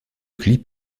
clip